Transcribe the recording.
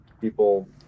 people